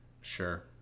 Sure